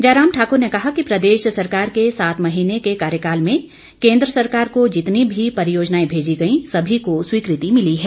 जयराम ठाकुर ने कहा कि प्रदेश सरकार के सात महीने के कार्यकाल में केंद्र सरकार को जितनी भी परियोजनाएं भेजी गई सभी को स्वीकृति मिली है